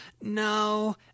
no